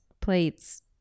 plates